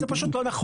אז זה פשוט לא נכון.